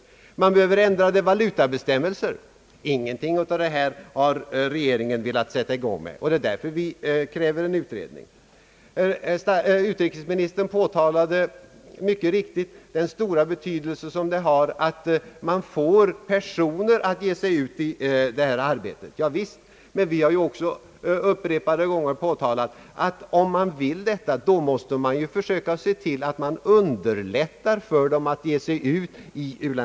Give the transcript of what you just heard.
Vidare behövs det ändrade valutabestämmelser. Ingenting av detta har regeringen velat sätta i gång med, och det är därför vi kräver en utredning. Utrikesministern underströk den stora betydelse det har att få människor att ge sig ut i u-landsarbete. Det är riktigt. Vi har också upprepade gånger framhållit att man, om man vill detta, måste försöka underlätta för vederbörande att gå ut i sådant arbete.